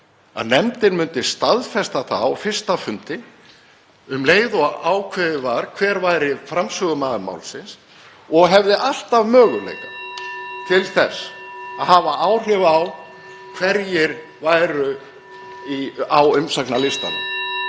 að nefndin myndi staðfesta það á fyrsta fundi, um leið og ákveðið var hver væri framsögumaður málsins, og hefði alltaf möguleika (Forseti hringir.) til þess að hafa áhrif á hverjir væru á umsagnarlistanum.